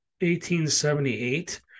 1878